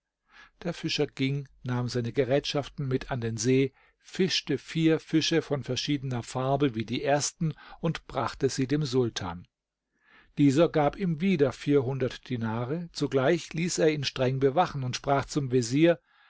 der fischer ging nahm seine gerätschaften mit an den see fischte vier fische von verschiedener farbe wie die ersten und brachte sie dem sultan dieser gab ihm wieder vierhundert dinare zugleich ließ er ihn streng bewachen und sprach zum vezier